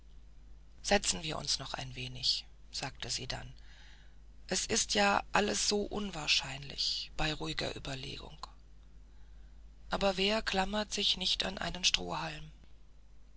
setzen wir uns noch ein wenig sagte sie dann es ist ja alles so unwahrscheinlich bei ruhiger überlegung aber wer klammert sich nicht an einen strohhalm